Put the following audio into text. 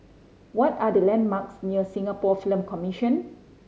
what are the landmarks near Singapore Film Commission